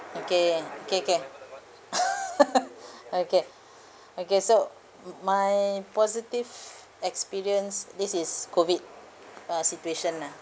okay okay okay okay okay so mm my positive experience this is COVID( uh) situation lah